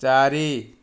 ଚାରି